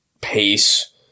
pace